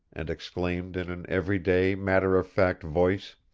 and exclaimed in an every-day, matter-of-fact voice